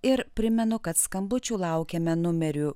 ir primenu kad skambučių laukiame numeriu